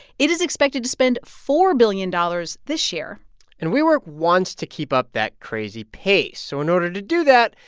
it is expected to spend four billion dollars this year and wework wants to keep up that crazy pace. so in order to do that,